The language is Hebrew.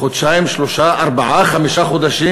לחודשיים, שלושה, ארבעה, חמישה חודשים?